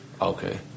okay